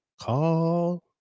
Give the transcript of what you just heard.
call